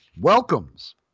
welcomes